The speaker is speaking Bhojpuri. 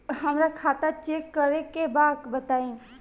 हमरा खाता चेक करे के बा बताई?